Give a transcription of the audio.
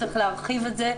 וצריך להרחיב את זה,